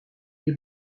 les